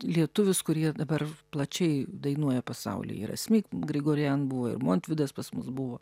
lietuvius kurie dabar plačiai dainuoja pasauly ir asmik grigorian buvo ir montvydas pas mus buvo